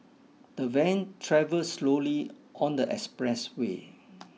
the van travelled slowly on the expressway